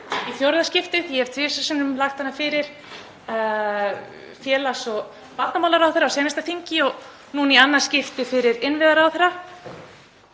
í fjórða skiptið. Ég hef tvisvar sinnum lagt hana fyrir félags- og barnamálaráðherra á seinasta þingi og núna í annað skipti fyrir innviðaráðherra.